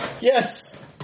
Yes